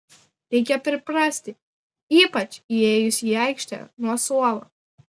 reikia priprasti ypač įėjus į aikštę nuo suolo